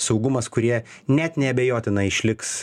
saugumas kurie net neabejotinai išliks